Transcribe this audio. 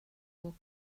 wore